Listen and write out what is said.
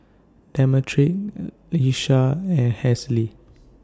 Demetric Iesha and Halsey